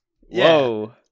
Whoa